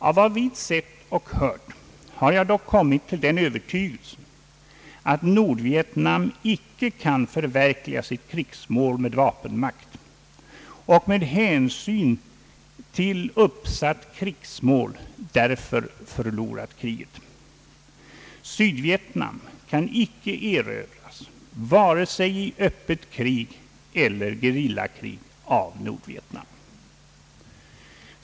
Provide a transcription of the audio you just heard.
Av vad vi sett och hört har jag dock kommit till den övertygelsen att Nordvietnam icke kan förverkliga sitt krigsmål med vapenmakt och med hänsyn till uppsatt krigsmål därför förlorat kriget. Sydvietnam kan icke erövras vare sig 1 öppet krig eller i gerillakrig av Nordvietnam.